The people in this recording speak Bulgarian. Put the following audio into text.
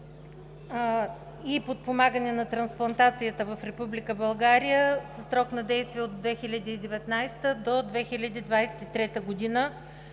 и подпомагане на трансплантацията в Република България със срок на действие от 2019 г. до 2023 г.